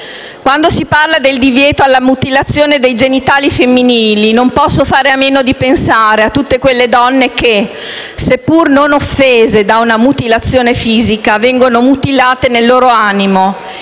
Quando si parla del divieto alla mutilazione dei genitali femminili non posso fare a meno di pensare a tutte quelle donne che, seppur non offese da una mutilazione fisica, vengono mutilate nel loro animo.